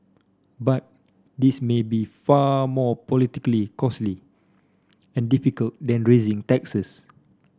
but this may be far more politically costly and difficult than raising taxes